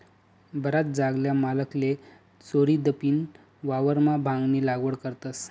बराच जागल्या मालकले चोरीदपीन वावरमा भांगनी लागवड करतस